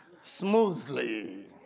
smoothly